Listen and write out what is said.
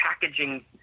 packaging